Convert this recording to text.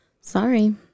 Sorry